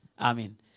Amen